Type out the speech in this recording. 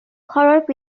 ঘৰৰ